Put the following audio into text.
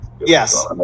yes